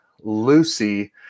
Lucy